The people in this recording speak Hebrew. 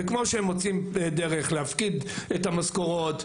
וכמו שמוצאים דרך להפקיד את המשכורות,